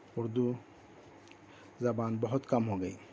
اردو زبان بہت کم ہو گئی